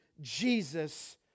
Jesus